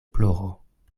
ploro